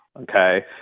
okay